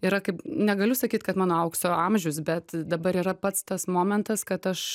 yra kaip negaliu sakyt kad mano aukso amžius bet dabar yra pats tas momentas kad aš